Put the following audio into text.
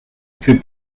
fait